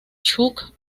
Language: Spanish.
chuck